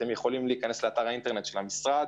אפשר להיכנס לאתר האינטרנט של המשרד